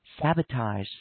sabotage